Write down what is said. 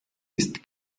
ist